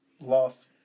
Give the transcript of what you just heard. lost